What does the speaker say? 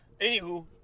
Anywho